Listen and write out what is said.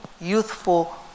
youthful